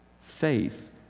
Faith